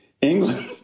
England